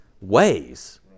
ways